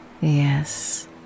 Yes